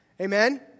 Amen